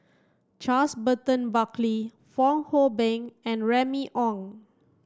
Charles Burton Buckley Fong Hoe Beng and Remy Ong